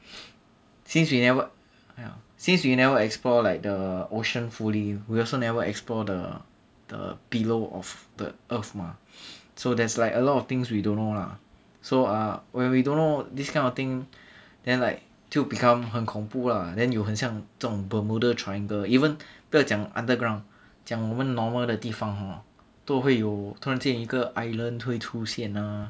since we never ya since we never explore like the ocean fully we also never explore the the below of the earth mah so there's like a lot of things we don't know lah so uh when we don't know this kind of thing then like 就 become 很恐怖 ah then 有很像这种 bermuda triangle even 不要讲 underground 讲我们 normal 的地方 hor 都会有突然间一个 island 会出现啊